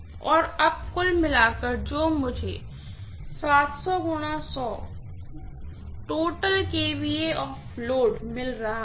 और अब कुल मिला कर जो मुझे मिल रहा है